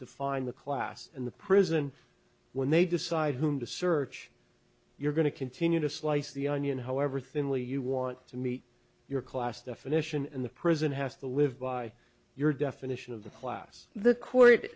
define the class and the prison when they decide whom to search you're going to continue to slice the onion however thinly you want to meet your class definition and the prison has to live by your definition of the class the court